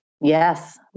Yes